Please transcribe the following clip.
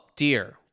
Dear